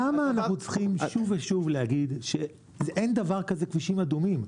למה אנחנו צריכים להגיד שוב ושוב שאין דבר כזה כבישים אדומים?